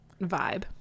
vibe